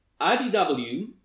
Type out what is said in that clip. IDW